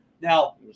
Now